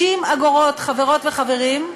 60 אגורות, חברות וחברים.